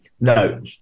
no